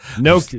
No